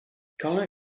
color